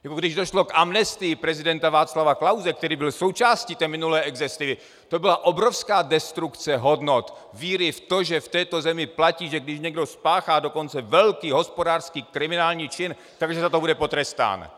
Jako když došlo k amnestii prezidenta Václava Klause, který byl součástí té minulé exekutivy, to byla obrovská destrukce hodnot, víry v to, že v této zemi platí, že když někdo spáchá dokonce velký hospodářský kriminální čin, tak že za to bude potrestán.